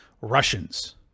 russians